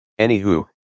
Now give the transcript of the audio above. anywho